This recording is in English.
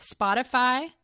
Spotify